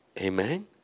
Amen